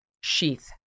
sheath